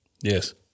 Yes